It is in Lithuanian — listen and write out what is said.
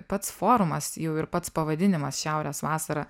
pats forumas jau ir pats pavadinimas šiaurės vasara